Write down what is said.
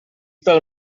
pel